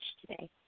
today